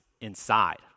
inside